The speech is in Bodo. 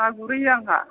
ना गुरहैयो आंहा